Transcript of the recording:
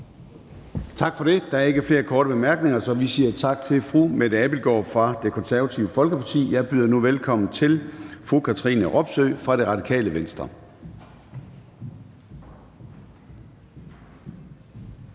Tak for det. Der er ikke flere korte bemærkninger, så vi siger tak til fru Mette Abildgaard fra Det Konservative Folkeparti. Jeg byder nu velkommen til fru Katrine Robsøe fra Radikale Venstre.